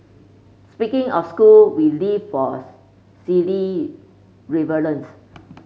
speaking of school we live force silly rivalries